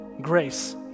Grace